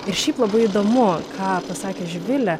ir šiaip labai įdomu ką pasakė živilė